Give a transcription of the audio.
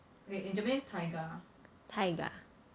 taiga